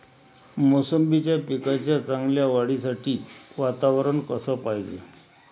मोसंबीच्या पिकाच्या चांगल्या वाढीसाठी वातावरन कस पायजे?